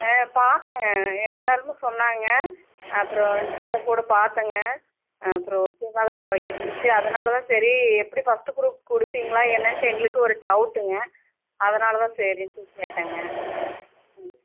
ஆஹ் பார்ப்பங்க எல்லாருமே சொன்னாங்க அப்புறம் நெட்டில் கூட பார்த்தங்க அப்புறம் இருந்துச்சு அதனால தான் சரி எப்படியும் ஃபர்ஸ்ட் குரூப் கொடுப்பிங்களா என்னன்னு எங்களுக்கும் ஒரு டவுட்டுங்க அதனால் தான் சேரிண்டு கேட்டங்க